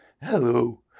Hello